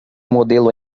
modelo